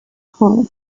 hall